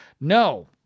No